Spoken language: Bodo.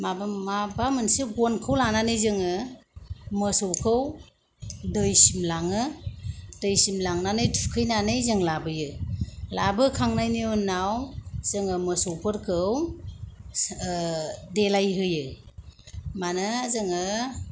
माबा माबा मोनसे गनखौ लानानै जोङो मोसौखौ दैसिम लाङो दैसिम लांनानै थुखैनानै जों लाबोयो लाबोखांनायनि उनाव जोङो मोसौफोरखौ देलायहोयो मानो जोङो